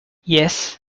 yes